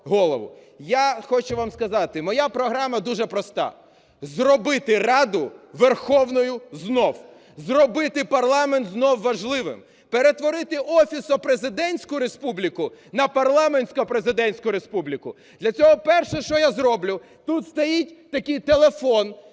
Я хочу вам сказати, моя програма дуже проста: зробити Раду верховною знов, зробити парламент знову важливим, перетворити офісно-президентську республіку на парламентсько-президентську республіку. Для цього, перше, що я зроблю, – тут стоїть такий телефон